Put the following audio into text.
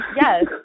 Yes